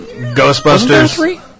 Ghostbusters